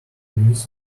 needs